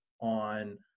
on